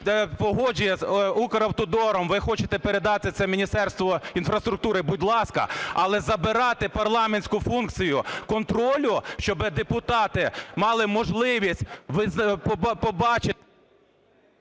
Погодження з "Укравтодором" ви хочете передати це Міністерству інфраструктури - будь ласка, але забирати парламентську функцію контролю, щоби депутати мали можливість побачити...